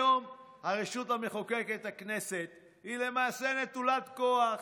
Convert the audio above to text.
היום הרשות המחוקקת, הכנסת, היא למעשה נטולת כוח.